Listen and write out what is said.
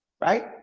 right